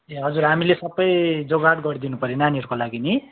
ए हजुर हामीले सबै जोगाड गरिदिनुपर्यो नानीहरूको लागि नि